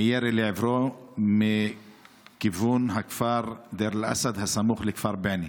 מירי לעברו מכיוון הכפר דיר אל-אסד הסמוך לכפר בענה.